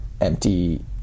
empty